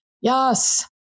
Yes